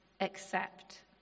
accept